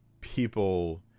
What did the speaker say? people